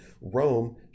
Rome